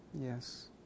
Yes